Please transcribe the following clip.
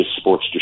sports